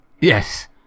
Yes